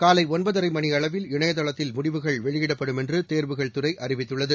காலைஒன்பதரைமணிஅளவில் இணையதளத்தில் முடிவுகள் வெளியிடப்படும் என்றுதேங்வுகள் துறைஅறிவித்துள்ளது